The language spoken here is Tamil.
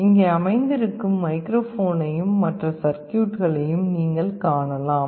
இங்கே அமைந்திருக்கும் மைக்ரோஃபோனையும் மற்ற சர்க்யூட்களையும் நீங்கள் காணலாம்